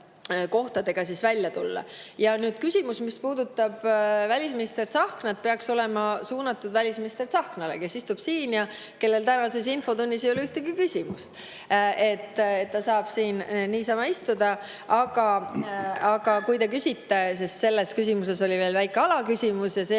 välja tulla. Nüüd, küsimus, mis puudutab välisminister Tsahknat, peaks olema suunatud välisminister Tsahknale, kes istub siin ja kellele tänases infotunnis ei ole ühtegi küsimust. Ta saab siin niisama istuda. Aga teie küsimuses oli veel väike alaküsimus ja see